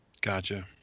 Gotcha